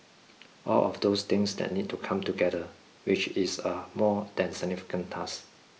all of those things that need to come together which is a more than significant task